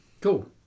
Cool